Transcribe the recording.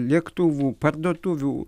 lėktuvų parduotuvių